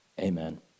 amen